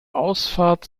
ausfahrt